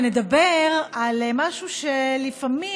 ונדבר על משהו שלפעמים,